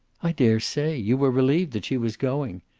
i dare say! you were relieved that she was going.